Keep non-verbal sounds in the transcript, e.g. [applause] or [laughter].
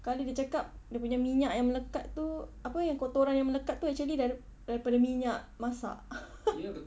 sekali dia cakap dia punya minyak yang melekat itu apa yang kotoran yang melekat itu actually dari daripada minyak masak [laughs]